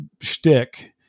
shtick